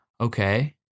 Okay